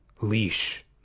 leash